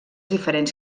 diferents